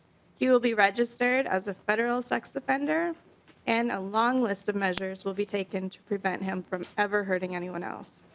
he will be registered as a federal se x offender and a long list of measures will be taken to prevent him from ever hurting anyone else.